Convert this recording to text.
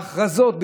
בהכרזות,